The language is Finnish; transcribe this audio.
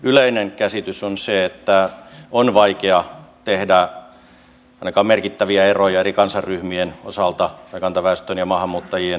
yleinen käsitys on se että on vaikea tehdä ainakaan merkittäviä eroja eri kansanryhmien osalta tai kantaväestön ja maahanmuuttajien välillä